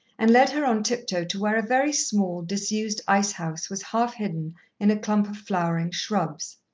and led her on tip-toe to where a very small, disused ice-house was half-hidden in a clump of flowering shrubs.